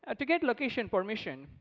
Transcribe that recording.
ah to get location permission,